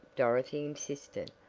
dorothy insisted,